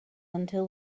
until